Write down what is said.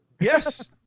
Yes